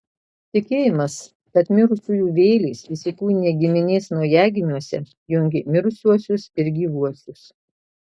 tikėjimas kad mirusiųjų vėlės įsikūnija giminės naujagimiuose jungė mirusiuosius ir gyvuosius